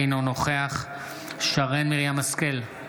אינו נוכח שרן מרים השכל,